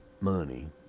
money